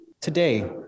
today